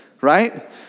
right